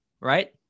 right